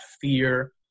fear